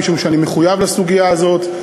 משום שאני מחויב לסוגיה הזאת,